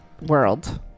World